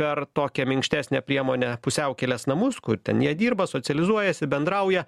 per tokią minkštesnę priemonę pusiaukelės namus kur ten jie dirba socializuojasi bendrauja